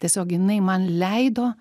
tiesiog jinai man leido